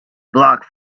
blocked